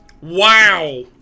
Wow